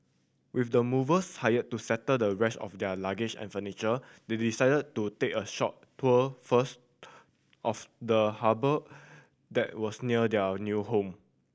with the movers hired to settle the rest of their luggage and furniture they decided to take a short tour first of the harbour that was near their new home